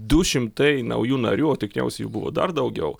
du šimtai naujų narių o tikriausiai jų buvo dar daugiau